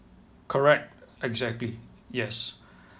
correct exactly yes